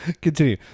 continue